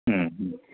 ഉം ഉം